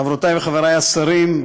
חברותי וחברי השרים,